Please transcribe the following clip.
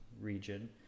region